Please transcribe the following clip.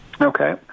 Okay